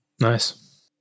Nice